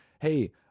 hey